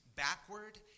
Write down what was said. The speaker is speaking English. backward